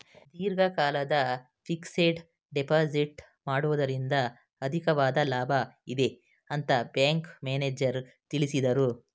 ದೀರ್ಘಕಾಲದ fixed deposit ಮಾಡುವುದರಿಂದ ಅಧಿಕವಾದ ಲಾಭ ಇದೆ ಅಂತ ಬ್ಯಾಂಕ್ ಮ್ಯಾನೇಜರ್ ತಿಳಿಸಿದರು